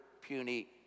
puny